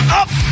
up